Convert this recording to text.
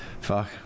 Fuck